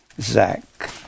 Zach